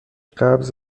قبض